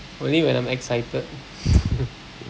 only when I'm excited